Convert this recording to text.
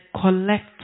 collect